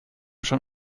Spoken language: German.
schon